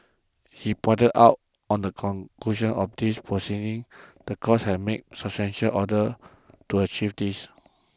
he pointed out on the conclusion of these proceedings the court had made substantial orders to achieve this